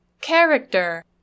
character